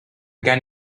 gen